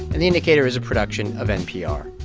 and the indicator is a production of npr